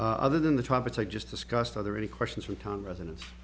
so other than the topics i just discussed other any questions from time residents